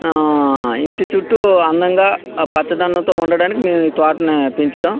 ఇంటి చుట్టూ అందంగా ఆ పచ్చదనంతో ఉండడానికి మేము ఈ తోటని పెంచుతాం